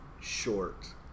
short